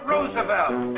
Roosevelt